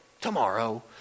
Tomorrow